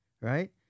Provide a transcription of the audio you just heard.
right